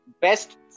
best